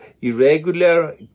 irregular